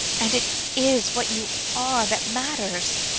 and it is what you are that matters,